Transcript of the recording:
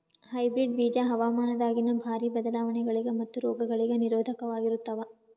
hybrid ಬೀಜ ಹವಾಮಾನದಾಗಿನ ಭಾರಿ ಬದಲಾವಣೆಗಳಿಗ ಮತ್ತು ರೋಗಗಳಿಗ ನಿರೋಧಕವಾಗಿರುತ್ತವ